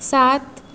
सात